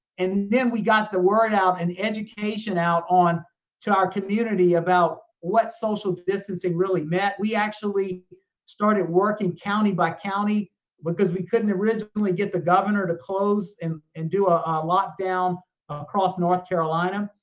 and then we got the word out and education out to our community about what social distancing really meant. we actually started working county by county because we couldn't originally get the governor to close and and do a lockdown across north carolina.